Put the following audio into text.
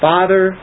Father